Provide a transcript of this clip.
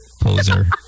Poser